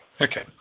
Okay